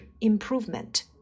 improvement